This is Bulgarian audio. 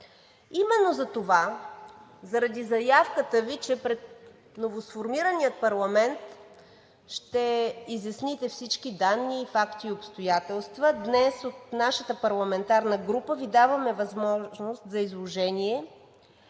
Именно заради това, заради заявката Ви, че пред новосформирания парламент ще изясните всички данни, факти и обстоятелства, днес от нашата парламентарна група Ви даваме възможност за изложение